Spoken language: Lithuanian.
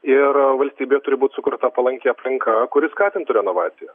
ir valstybėje turi būt sukurta palanki aplinka kuri skatintų renovaciją